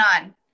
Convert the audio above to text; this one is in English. on